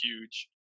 huge